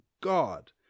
God